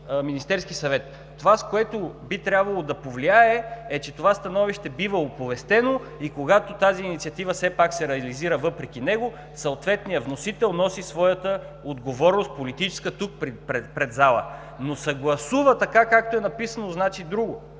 Министерският съвет. Това, с което би трябвало да повлияе, е, че това становище бива оповестено, и когато тази инициатива все пак се реализира, въпреки него, съответният вносител носи своята политическа отговорност, тук, пред залата. Но „съгласува“ така, както е написано, значи друго.